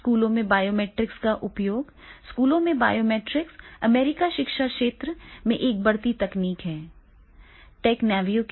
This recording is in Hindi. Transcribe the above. स्कूलों में बायोमेट्रिक्स का उपयोग स्कूलों में बायोमेट्रिक अमेरिकी शिक्षा क्षेत्र में एक बढ़ती तकनीक है